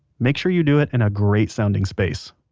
make sure you do it in a great sounding space